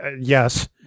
yes